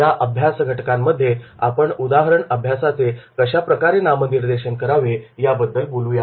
या अभ्यास घटकांमध्ये आपण उदाहरण अभ्यासाचे कशाप्रकारे नामनिर्देशन करावे याबद्दल बोलूया